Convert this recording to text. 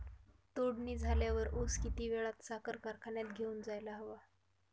तोडणी झाल्यावर ऊस किती वेळात साखर कारखान्यात घेऊन जायला हवा?